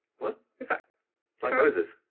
what? what's that? like moses.